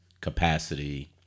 capacity